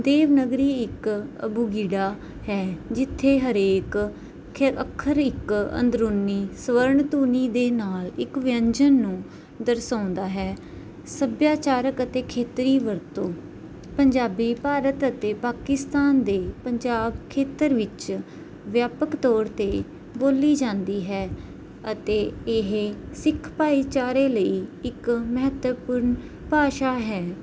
ਦੇਵਨਾਗਰੀ ਇੱਕ ਅਬੂ ਗੀੜਾ ਹੈ ਜਿੱਥੇ ਹਰੇਕ ਖ ਅੱਖਰ ਇੱਕ ਅੰਦਰੂਨੀ ਸਵਰਨ ਧੁਨੀ ਦੇ ਨਾਲ ਇੱਕ ਵਿਅੰਜਨ ਨੂੰ ਦਰਸਾਉਂਦਾ ਹੈ ਸੱਭਿਆਚਾਰਕ ਅਤੇ ਖੇਤਰੀ ਵਰਤੋਂ ਪੰਜਾਬੀ ਭਾਰਤ ਅਤੇ ਪਾਕਿਸਤਾਨ ਦੇ ਪੰਜਾਬ ਖੇਤਰ ਵਿੱਚ ਵਿਆਪਕ ਤੌਰ 'ਤੇ ਬੋਲੀ ਜਾਂਦੀ ਹੈ ਅਤੇ ਇਹ ਸਿੱਖ ਭਾਈਚਾਰੇ ਲਈ ਇੱਕ ਮਹੱਤਵਪੂਰਨ ਭਾਸ਼ਾ ਹੈ